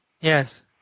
Yes